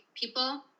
people